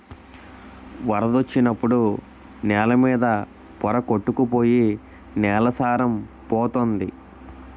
వరదొచ్చినప్పుడు నేల మీద పోర కొట్టుకు పోయి నేల సారం పోతంది